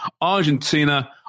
Argentina